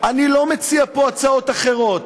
אני לא מציע פה הצעות אחרות,